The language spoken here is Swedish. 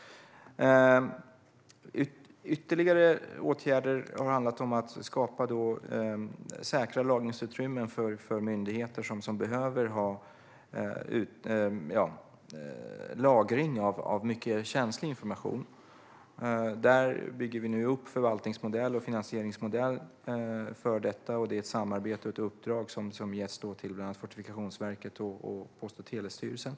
Ytterligare åtgärder har handlat om att skapa säkra lagringsutrymmen för myndigheter som behöver ha lagring av mycket känslig information. Vi bygger nu upp en förvaltningsmodell och finansieringsmodell för detta. Det är ett samarbete och ett uppdrag som har getts till Fortifikationsverket och Post och telestyrelsen.